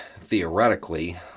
theoretically